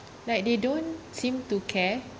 like they don't seem to care